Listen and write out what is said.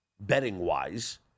betting-wise